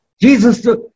jesus